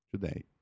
today